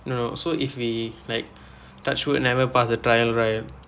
no so if we like touch wood never pass the trial right